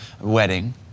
wedding